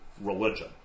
religion